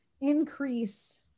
increase